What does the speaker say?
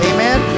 Amen